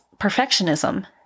perfectionism